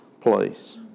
place